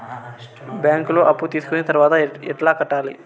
బ్యాంకులో అప్పు తీసుకొని తర్వాత ఎట్లా కట్టాలి?